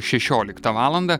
šešioliktą valandą